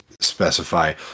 specify